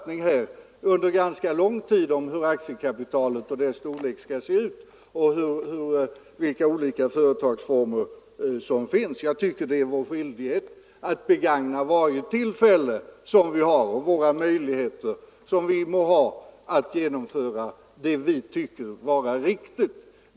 Vi har under ganska lång tid företrätt en viss uppfattning när det gäller aktiekapitalets storlek i olika företagsformer, och jag tycker att det är vår skyldighet att begagna varje tillfälle att söka genomföra det som vi anser vara riktigt.